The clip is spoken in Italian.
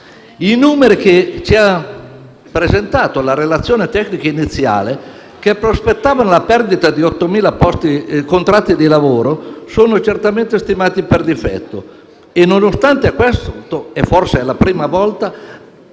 I numeri che ci ha presentato la relazione tecnica iniziale, che prospettava la perdita di ottomila contratti di lavoro, sono certamente stimati per difetto. E nonostante questo, e forse è la prima volta